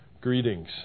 greetings